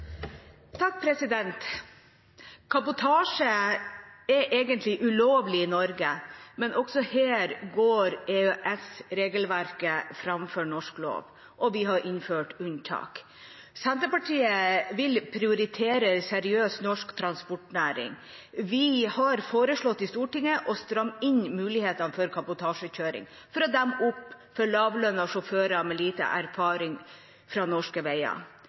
egentlig ulovlig i Norge, men også her går EØS-regelverket framfor norsk lov, og vi har innført unntak. Senterpartiet vil prioritere en seriøs norsk transportnæring. Vi har foreslått i Stortinget å stramme inn mulighetene for kabotasjekjøring for å demme opp for lavtlønte sjåfører med lite erfaring fra norske veier.